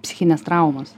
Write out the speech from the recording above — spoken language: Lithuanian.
psichinės traumos